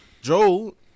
Joel